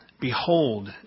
Behold